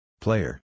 Player